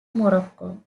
morocco